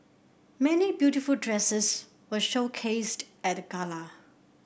many beautiful dresses were showcased at the gala